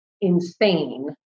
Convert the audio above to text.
insane